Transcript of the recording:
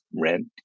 rent